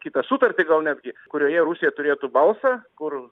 kitą sutartį gal netgi kurioje rusija turėtų balsą kur